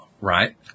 right